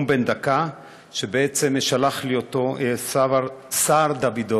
נאום בן דקה ששלח לי סער דבידוב: